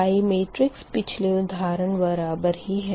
Y matrix पिछले उधारण बराबर ही है